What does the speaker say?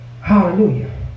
Hallelujah